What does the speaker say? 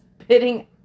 spitting